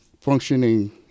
functioning